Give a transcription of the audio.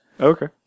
Okay